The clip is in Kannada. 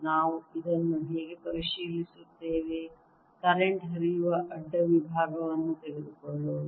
ನಾವು ಇದನ್ನು ಹೇಗೆ ಪರಿಶೀಲಿಸುತ್ತೇವೆ ಕರೆಂಟ್ ಹರಿಯುವ ಅಡ್ಡ ವಿಭಾಗವನ್ನು ತೆಗೆದುಕೊಳ್ಳೋಣ